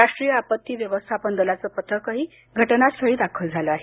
राष्ट्रीय आपत्ती व्यवस्थापन दलाचं पथकही घटनास्थळी दाखल झालं आहे